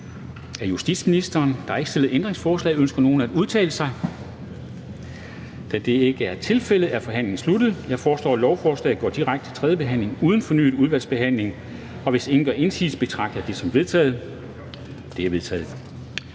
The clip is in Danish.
Kristensen): Der er ikke stillet ændringsforslag. Ønsker nogen at udtale sig? Da det ikke er tilfældet, er forhandlingen sluttet. Jeg foreslår, at lovforslaget går direkte til tredje behandling uden fornyet udvalgsbehandling. Hvis ingen gør indsigelse, betragter jeg dette som vedtaget. Det er vedtaget.